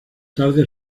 tarde